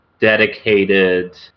dedicated